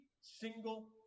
single